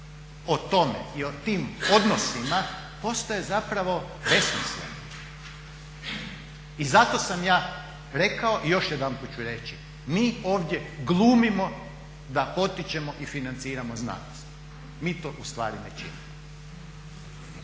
o tome i o tim odnosima postaje besmislena. I zato sam ja rekao i još jedanput ću reći, mi ovdje glumimo da potičemo i financiramo znanost. Mi to ustvari ne činimo.